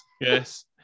yes